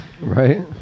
Right